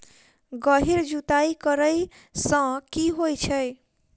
गहिर जुताई करैय सँ की होइ छै?